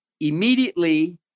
immediately